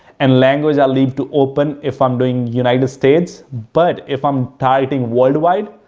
and language, i leave to open if i'm doing united states. but if i'm targeting worldwide,